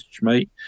mate